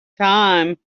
time